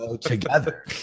together